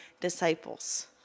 disciples